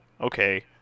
Okay